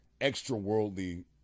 extra-worldly